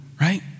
Right